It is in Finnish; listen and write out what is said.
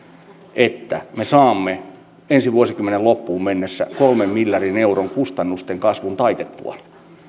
että me saamme ensi vuosikymmenen loppuun mennessä kolmen miljardin euron kustannusten kasvun taitettua